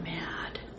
mad